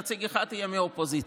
נציג אחד יהיה מהאופוזיציה.